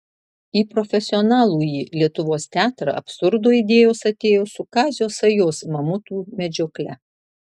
į profesionalųjį lietuvos teatrą absurdo idėjos atėjo su kazio sajos mamutų medžiokle